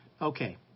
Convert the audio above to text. Okay